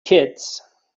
kids